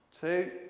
two